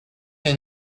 you